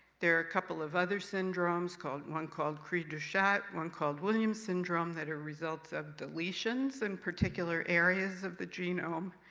there are a couple of other syndromes called one called cri du chat, one called williams syndrome, that are results of deletions in particular areas of the genome.